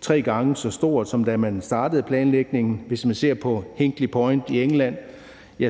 tre gange så stort, som da man startede planlægningen. Og hvis man ser på Hinkley Point i England,